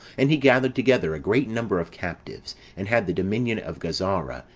and he gathered together a great number of captives, and had the dominion of gazara,